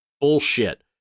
Bullshit